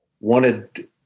wanted